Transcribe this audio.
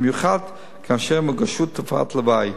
במיוחד כאשר מרגישים תופעות לוואי.